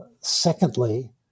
Secondly